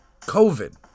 COVID